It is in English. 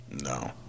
no